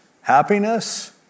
Happiness